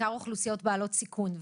בעיקר אוכלוסיות בעלות סיכון,